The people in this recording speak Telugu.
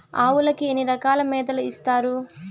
ఆవులకి ఎన్ని రకాల మేతలు ఇస్తారు?